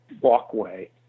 walkway